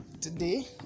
today